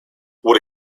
what